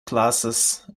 glasses